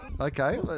Okay